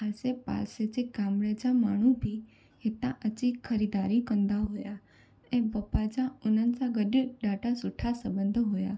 आसे पासे जे गाम जा माण्हू बि हितां अची ख़रीदारी कंदा हुआ ऐं पपा जा हुननि सां गॾु ॾाढा सुठा संबंध हुआ